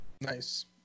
Nice